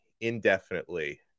indefinitely